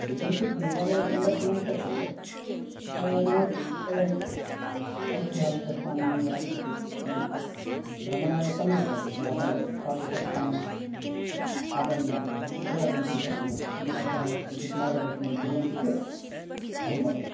एकं तु देवालयसन्दर्शनं शक्यते नो चेत् ऐतिहासिक स्थानानि वा किञ्चित् किञ्चित् भ्रमणाय सम्यक् भवेत् वातावरणं तादृश स्थानम् आगामी मासे कुत्र गन्तुं शक्नुमः इति भवन्तः किञ्चित् मार्गदर्शनं कुर्वन्ति चेत् अहं वदामि